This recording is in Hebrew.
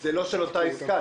זה לא של אותה עסקה.